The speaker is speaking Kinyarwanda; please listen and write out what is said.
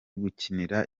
gukinira